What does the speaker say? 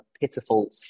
pitiful